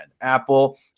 Apple